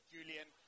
Julian